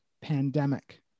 pandemic